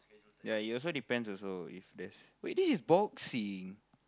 yeah it also depends also if there's wait this is boxing